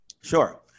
Sure